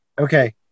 Okay